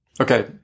Okay